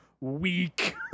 weak